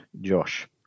Josh